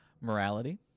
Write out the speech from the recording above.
morality